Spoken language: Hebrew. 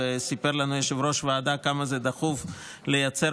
וסיפר לנו יושב-ראש הוועדה כמה זה דחוף לייצר